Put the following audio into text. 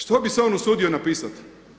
Što bi se on usudio napisat?